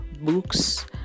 books